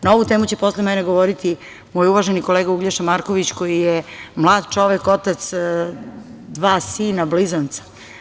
Na ovu temu će posle mene govoriti moj uvaženi kolega Uglješa Marković koji je mlad čovek, otac dva sina blizanca.